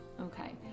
Okay